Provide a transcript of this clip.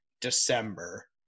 December